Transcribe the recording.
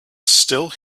still